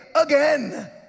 again